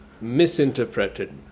misinterpreted